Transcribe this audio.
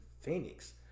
Phoenix